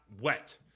wet